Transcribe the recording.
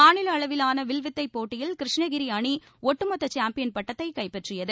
மாநில அளவிலான வில் வித்தை போட்டியில் கிருஷ்ணகிரி அணி ஒட்டுமொத்த சாம்பியன் பட்டத்தை கைப்பற்றியது